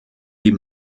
die